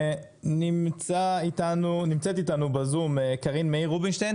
נמצאת איתנו בזום קרין מאיר רובינשטיין